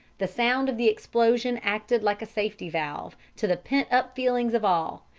the sound of the explosion acted like a safety-valve to the pent-up feelings of all,